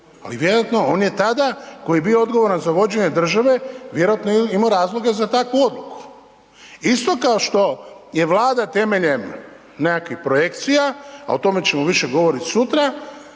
ali vjerojatno on je tada koji je bio odgovoran za vođenje države, vjerojatno je imao razloge za takvu odluku. Isto kao što je Vlada temeljem nekakvih projekcija a o tome ćemo više govorit sutra,